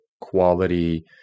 quality